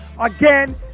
again